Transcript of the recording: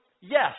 Yes